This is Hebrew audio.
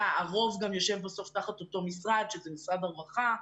כאשר הרוב גם יושב תחת אותו משרד שזה משרד הרווחה.